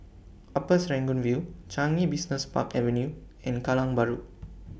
Upper Serangoon View Changi Business Park Avenue and Kallang Bahru